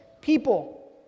people